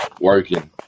working